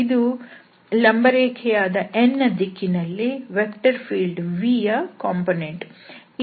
ಇದು ಲಂಬರೇಖೆ n ನ ದಿಕ್ಕಿನಲ್ಲಿ ವೆಕ್ಟರ್ ಫೀಲ್ಡ್ vಯ ಕಂಪೋನೆಂಟ್